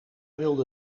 wilde